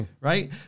Right